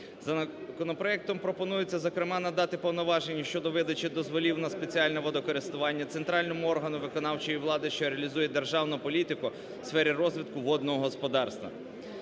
Законопроектом пропонується, зокрема, надати повноваження щодо видачі дозволів на спеціальне водокористування центральному органу виконавчої влади, що реалізує державну політику в сфері розвитку водного господарства.